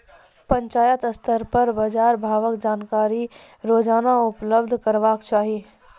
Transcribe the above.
पंचायत स्तर पर बाजार भावक जानकारी रोजाना उपलब्ध करैवाक चाही?